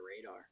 radar